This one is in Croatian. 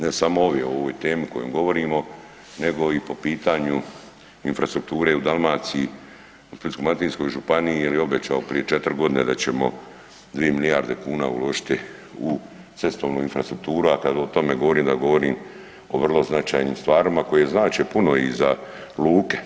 Ne samo ove o ovoj temi o kojoj govorimo nego i po pitanju infrastrukture u Dalmaciji u Splitsko-dalmatinskoj županiji jer je obećao prije 4 godine da ćemo 2 milijarde kuna uložiti u cestovnu infrastrukturu, a kad o tome govorim onda govorim o vrlo značajnim stvarima koje znače puno i za luke.